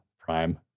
Prime